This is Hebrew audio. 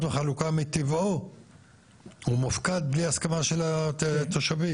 וחלוקה מטבעו הוא מופקד בלי הסכמה של התושבים.